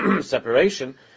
separation